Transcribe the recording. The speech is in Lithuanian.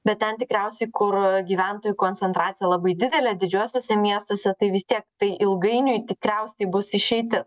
bet ten tikriausiai kur gyventojų koncentracija labai didelė didžiuosiuose miestuose tai vis tiek tai ilgainiui tikriausiai bus išeitis